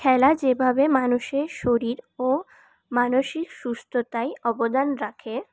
খেলা যেভাবে মানুষের শরীর ও মানুষের সুস্থতায় অবদান রাখে